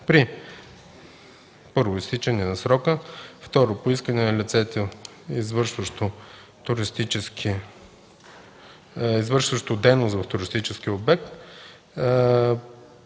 при: 1. изтичане на срока; 2. по искане на лицето, извършващо дейност в туристическия обект;